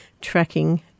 tracking